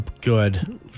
good